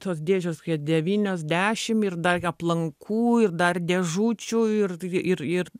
tos dėžės kokie devynios dešim ir dar aplankų ir dar dėžučių ir ir ir